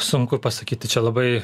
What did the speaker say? sunku pasakyti čia labai